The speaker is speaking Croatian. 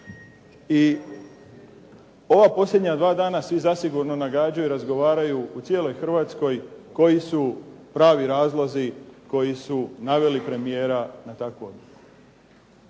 i ova posljednja 2 dana svi zasigurno nagađaju, razgovaraju u cijeloj Hrvatskoj koji su pravi razlozi koji su naveli premijera na takvu odluku.